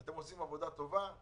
אתם עושים עבודה טובה,